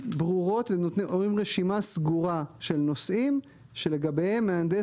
ברורות ואומרים רשימה סגורה של נושאים שלגביהם מהנדס